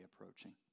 approaching